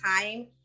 time